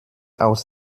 aus